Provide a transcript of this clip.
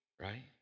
Right